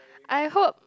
I hope